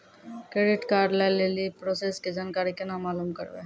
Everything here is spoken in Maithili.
क्रेडिट कार्ड लय लेली प्रोसेस के जानकारी केना मालूम करबै?